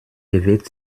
bewegt